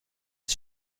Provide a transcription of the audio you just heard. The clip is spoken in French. est